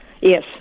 yes